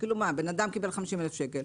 בן אדם קיבל 50 אלף שקלים,